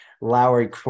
Lowry